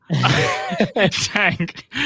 tank